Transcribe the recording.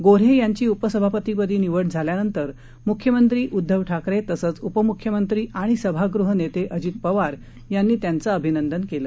गोऱ्हे यांची उपसभापती पदी निवड झाल्याबद्दल मुख्यमंत्री उद्दव ठाकरे तसंच उपमुख्यमंत्री आणि सभागृह नेते अजित पवार यांनी त्यांचं अभिनंदन केलं